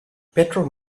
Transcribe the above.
petrov